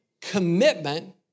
commitment